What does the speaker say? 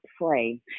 pray